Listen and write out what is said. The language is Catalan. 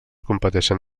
competeixen